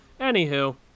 Anywho